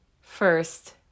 First